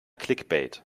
clickbait